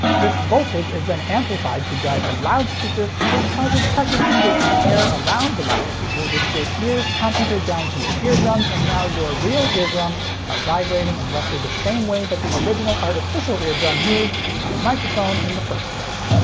this voltage is then amplified to drive a loudspeaker, which causes pressure changes in the air around the loudspeaker, which your ears concentrate down to your eardrums, and now your real eardrums are vibrating in and roughly the same way that the original artificial eardrum moved in the microphone in and the first place.